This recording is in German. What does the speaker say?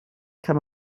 kann